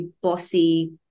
bossy